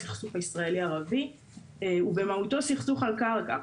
הסכסוך הישראלי ערבי הוא במהותו סכסוך על קרקע.